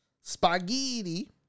spaghetti